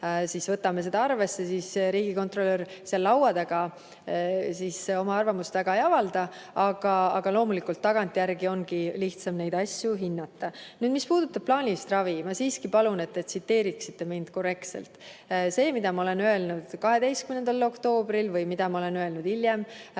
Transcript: me võtame ka arvesse. Riigikontrolör seal laua taga oma arvamust väga ei avalda. Aga loomulikult tagantjärele ongi lihtsam neid asju hinnata. Mis puudutab plaanilist ravi, siis ma siiski palun, et te tsiteeriksite mind korrektselt. See, mida ma olen öelnud 12. oktoobril, ja mida ma olen öelnud hiljem,